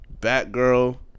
Batgirl